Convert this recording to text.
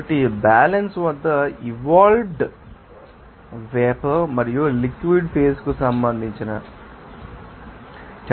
కాబట్టి బ్యాలన్స్ వద్ద evolved vapour మరియు లిక్విడ్ ఫేజ్ కు సంబంధించిన లెక్కించడానికి